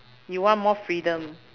you want more freedom